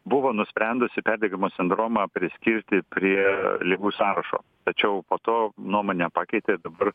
buvo nusprendusi perdegimo sindromą priskirti prie ligų sąrašo tačiau po to nuomonę pakeitė ir dabar